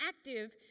active